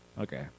Okay